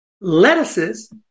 Lettuces